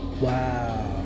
Wow